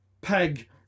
peg